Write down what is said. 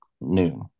noon